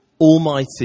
almighty